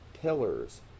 pillars